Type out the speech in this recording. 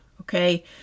Okay